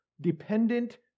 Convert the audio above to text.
dependent